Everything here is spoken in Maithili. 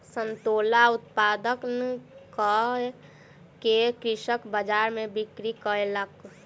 संतोला उत्पादन कअ के कृषक बजार में बिक्री कयलक